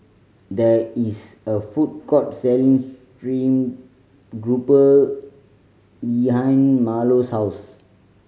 there is a food court selling steame grouper behind Marlo's house